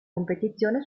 competizione